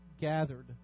gathered